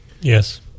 Yes